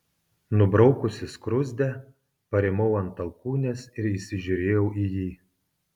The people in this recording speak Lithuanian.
nubraukusi skruzdę parimau ant alkūnės ir įsižiūrėjau į jį